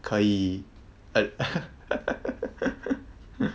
可以 uh